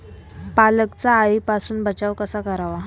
पालकचा अळीपासून बचाव कसा करावा?